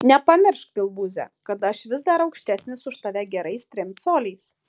nepamiršk pilvūze kad aš vis dar aukštesnis už tave gerais trim coliais